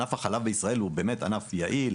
ענף החלב בישראל הוא באמת ענף יעיל,